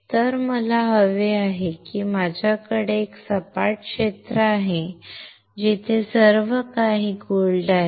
तर मला हवे आहे की माझ्याकडे एक सपाट क्षेत्र आहे जिथे सर्वकाही सोने आहे